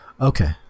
Okay